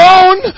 own